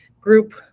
group